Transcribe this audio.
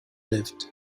lived